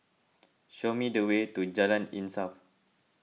show me the way to Jalan Insaf